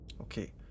Okay